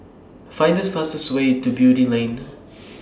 Find The fastest Way to Beatty Lane